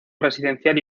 residencial